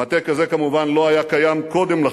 מטה כזה כמובן לא היה קודם לכן.